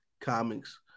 comics